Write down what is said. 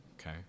Okay